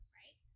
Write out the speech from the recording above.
right